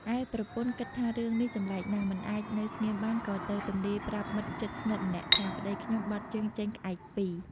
ឯប្រពន្ធគិតថារឿងនេះចម្លែកណាស់ មិនអាចនៅស្ងៀមបាន ក៏ទៅទម្លាយប្រាប់មិត្តជិតស្និទ្ធម្នាក់ថា៖ "ប្ដីខ្ញុំបត់ជើងចេញក្អែកពីរ"។